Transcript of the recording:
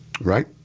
right